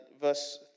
verse